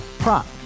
Prop